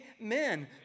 Amen